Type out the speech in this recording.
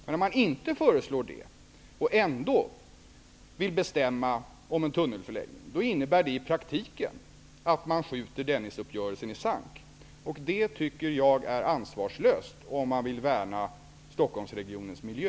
Men om han inte föreslår det och ändå vill bestämma om en tunnelförläggning, innebär det i praktiken att han skjuter Dennisuppgörelsen i sank. Det tycker jag är ansvarslöst om man vill värna Stockholmsregionens miljö.